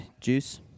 Juice